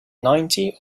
ninety